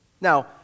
Now